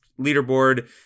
leaderboard